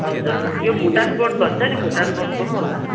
हजुर यो भुटान बोर्ड भन्छ नि भुटान बोर्डको पनि होला